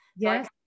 Yes